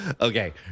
Okay